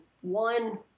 one